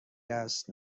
است